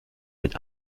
mit